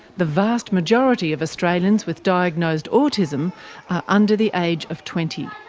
the vast majority of australians with diagnosed autism are under the age of twenty.